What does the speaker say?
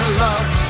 love